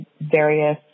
various